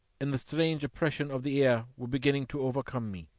and the strange oppression of the air were beginning to overcome me.